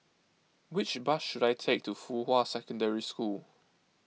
which bus should I take to Fuhua Secondary School